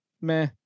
meh